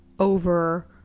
over